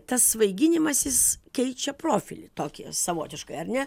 tas svaiginimasis keičia profilį tokį savotiškai ar ne